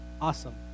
awesome